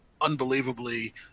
unbelievably